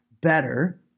better